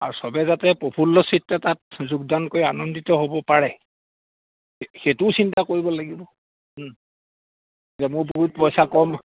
আৰু চবে যাতে প্ৰফুল্ল চিত্ৰে তাত যোগদান কৰি আনন্দিত হ'ব পাৰে সেইটোও চিন্তা কৰিব লাগিব যে মোৰ বহুত পইচা কম